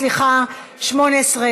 שמורות טבע,